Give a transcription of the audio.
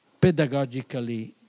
pedagogically